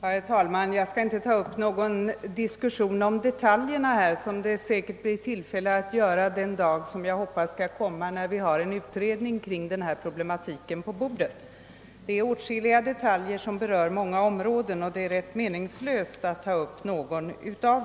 Herr talman! Jag skall här inte ta upp någon diskussion om detaljerna. Det får vi säkert tillfälle till den dag som jag hoppas ska komma, då ett utredningsbetänkande rörande denna problematik ligger på riksdagens bord. Detaljerna berör också så många områden att det är ganska meningslöst att ta upp dem nu.